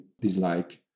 dislike